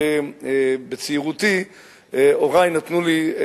בצעירותי הורי נתנו לי,